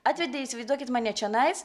atvedė įsivaizduokit mane čionais